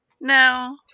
No